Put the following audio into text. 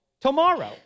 tomorrow